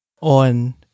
on